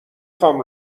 خوام